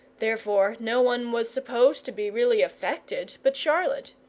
therefore no one was supposed to be really affected but charlotte,